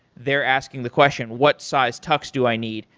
they're asking the question, what size tux do i need?